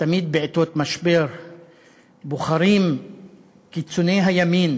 תמיד בעתות משבר בוחרים קיצוני הימין